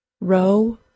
row